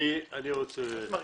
אני רוצה --- מרגיז.